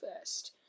first